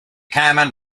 common